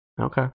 Okay